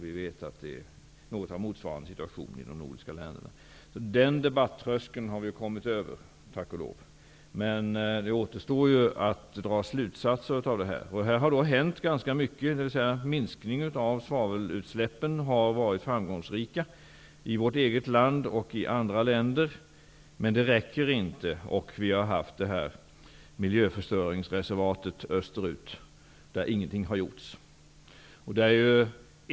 Vi vet att något av motsvarande situation råder i de övriga nordiska länderna. Den debattröskeln har vi tack och lov kommit över. Det återstår att dra slutsatser av det. Det har hänt ganska mycket. Minskningen av svavelutsläppen har varit framgångsrik i vårt eget land och i andra länder. Men det räcker inte. Vi har haft ett miljöförstöringsreservat österut, där ingenting har gjorts.